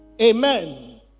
Amen